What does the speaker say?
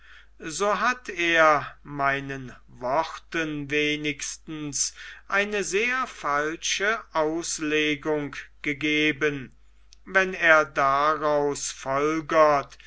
so hat er meinen worten wenigstens eine sehr falsche auslegung gegeben wenn er daraus